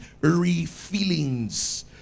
refillings